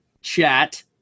Chat